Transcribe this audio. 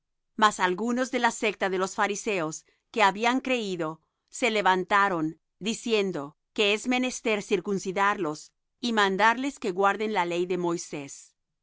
mas algunos de la secta de los fariseos que habían creído se levantaron diciendo que es menester circuncidarlos y mandarles que guarden la ley de moisés